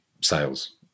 sales